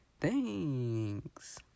thanks